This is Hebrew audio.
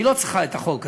היא לא צריכה את החוק הזה,